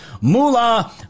Mullah